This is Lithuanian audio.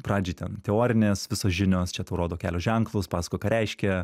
pradžiai ten teorinės visos žinios čia tau rodo kelio ženklus pasakoja ką reiškia